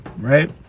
right